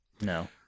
No